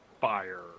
fire